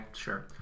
Sure